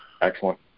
Excellent